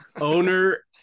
Owner